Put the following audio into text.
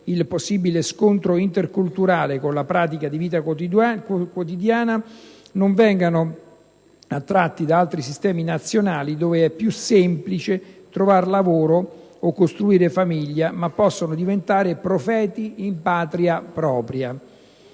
il possibile scontro interculturale con la pratica di vita quotidiana, non vengano attratti da altri sistemi nazionali dove è più semplice trovar lavoro o costruire famiglia, ma possano diventare «profeti in patria propria».